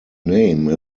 name